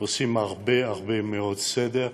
עושים הרבה מאוד סדר,